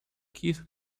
keith